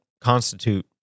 constitute